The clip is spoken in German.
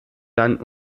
dann